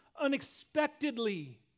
unexpectedly